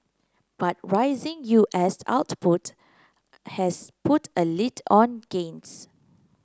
but rising U S output has put a lid on gains